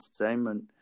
entertainment